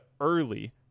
early